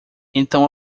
então